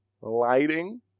lighting